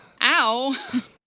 Ow